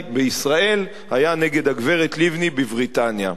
בישראל היה נגד הגברת לבני בבריטניה.